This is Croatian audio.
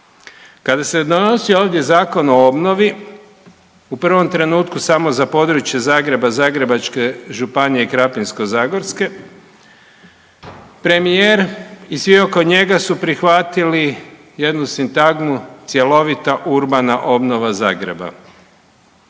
Kada se donosio ovdje Zakon o obnovi u prvom trenutku samo za područje Zagreba, Zagrebačke županije i Krapinsko-zagorske, premijer i svi oko njega su prihvatili jednu sintagmu cjelovita urbana obnova Zagreba.